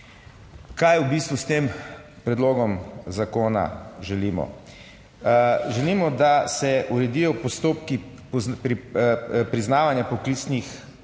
Kaj v bistvu s tem predlogom zakona želimo? Želimo, da se uredijo postopki priznavanja poklicnih